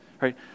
right